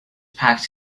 packed